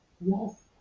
Yes